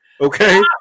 Okay